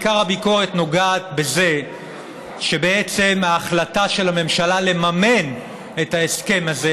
עיקר הביקורת נוגעת בזה שההחלטה של הממשלה לממן את ההסכם הזה,